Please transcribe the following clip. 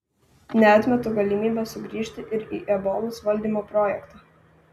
neatmetu galimybės sugrįžti ir į ebolos valdymo projektą